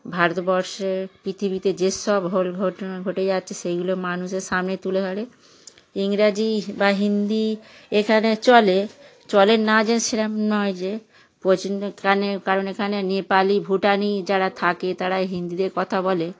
ভারতবর্ষে পৃথিবীতে যেসব হোল ঘটনা ঘটে যাচ্ছে সেগুলো মানুষের সামনে তুলে ধরে ইংরাজি হি বা হিন্দি এখানে চলে চলে না যে সেরকম নয় যে প্রচণ্ড কানে কারণ এখানে নেপালি ভুটানি যারা থাকে তারা হিন্দিতে কথা বলে